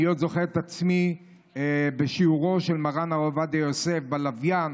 אני עוד זוכר את עצמי בשיעורו של מרן הרב עובדיה יוסף בלוויין,